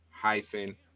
hyphen